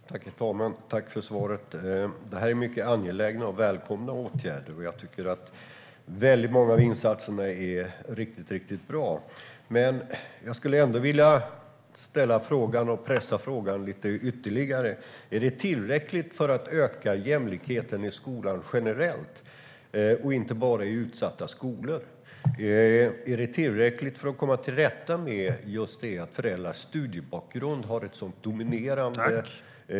Herr talman! Tack, ministern, för svaret! Detta är väldigt angelägna och välkomna åtgärder. Jag tycker att många av insatserna är riktigt bra. Jag skulle dock gärna vilja pressa frågan ytterligare: Är detta tillräckligt för att öka jämlikheten i skolan generellt och inte bara i utsatta skolor? Är det tillräckligt för att komma till rätta med detta att föräldrars studiebakgrund är så avgörande?